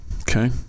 Okay